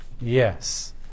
Yes